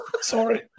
Sorry